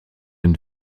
and